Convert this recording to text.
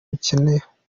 bikenewe